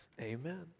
Amen